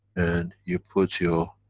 and you put your